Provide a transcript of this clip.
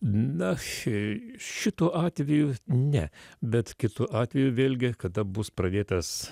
na ši šituo atveju ne bet kitu atveju vėlgi kada bus pradėtas